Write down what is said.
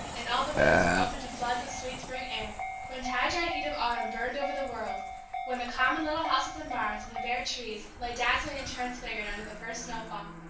and all the windows were open to floods of sweet spring air when tie dry heat of autumn burned over the world when the common little houses and barns, and the bare trees, lay dazzling and transfigured under the first snowfall,